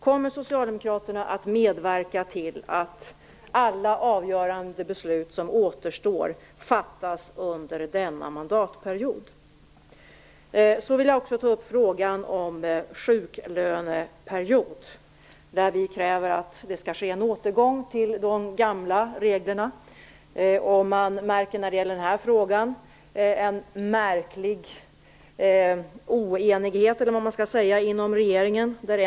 Kommer Socialdemokraterna att medverka till att alla avgörande beslut som återstår fattas under denna mandatperiod? I frågan om en sjuklöneperiod kräver vi en återgång till de gamla reglerna. Man ser i den här frågan en märklig oenighet, eller hur jag nu skall uttrycka det.